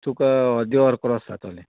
तुका अद्दें वर क्रॉस जातोलें